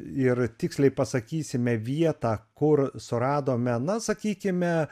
ir tiksliai pasakysime vietą kur suradome na sakykime